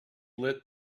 lit